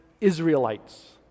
Israelites